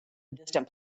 distant